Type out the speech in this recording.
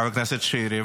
חבר הכנסת שירי,